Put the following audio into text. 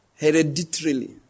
hereditarily